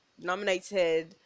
nominated